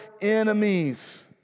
enemies